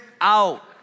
out